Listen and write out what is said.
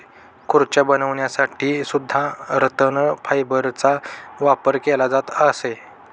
खुर्च्या बनवण्यासाठी सुद्धा रतन फायबरचा वापर केला जात असे